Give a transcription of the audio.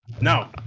No